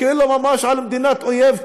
כאילו ממש קלנסואה במדינת אויב,